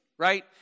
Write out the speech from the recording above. Right